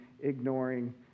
ignoring